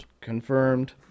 Confirmed